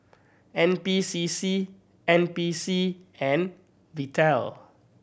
N P C C N P C and Vital